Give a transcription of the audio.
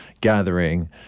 gathering